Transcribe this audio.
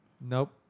Nope